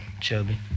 Chubby